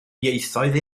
ieithoedd